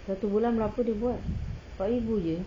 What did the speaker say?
satu bulan berapa dia buat empat ribu jer